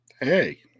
hey